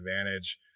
advantage